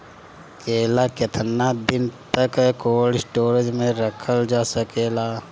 केला केतना दिन तक कोल्ड स्टोरेज में रखल जा सकेला?